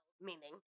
meaning